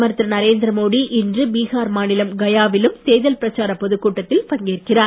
பிரதமர் திரு நரேந்திரமோடி இன்று பீகார் மாநிலம் கயாவிலும் தேர்தல் பிரச்சாரப் பொதுக் கூட்டத்தில் பங்கேற்கிறார்